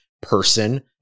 Person